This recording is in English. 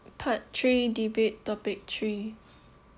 part three debate topic three